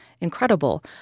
incredible